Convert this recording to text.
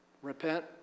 Repent